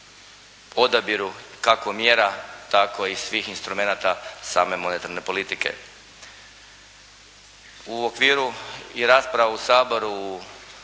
odabiru, kako mjera, tako i svih instrumenata same monetarne politike. U okviru i rasprave u Saboru